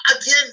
again